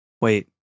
Wait